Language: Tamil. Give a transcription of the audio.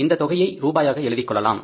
இந்தத் தொகையை ரூபாயாக எழுதிக்கொள்ளலாம்